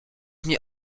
mnie